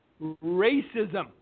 racism